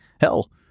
hell